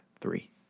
three